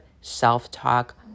self-talk